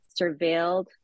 surveilled